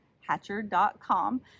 Hatcher.com